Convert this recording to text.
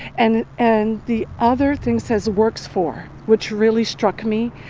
and and the other thing, says, works for, which really struck me,